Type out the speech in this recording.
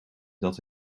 dat